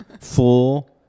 Full